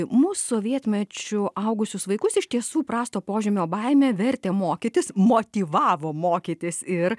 mus sovietmečiu augusius vaikus iš tiesų prasto požymio baimė vertė mokytis motyvavo mokytis ir